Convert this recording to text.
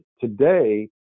today